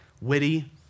witty